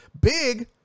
big